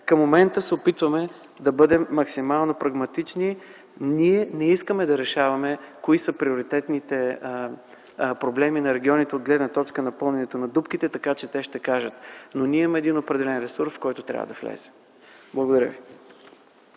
Към момента се опитваме да бъдем максимално прагматични. Ние не искаме да решаваме кои са приоритетните проблеми на регионите от гледна точка на пълненето на дупки, така че те ще кажат, но ние имаме един определен ресурс, който трябва да влезе. Благодаря ви.